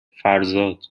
فرزاد